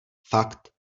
fakt